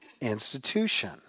institution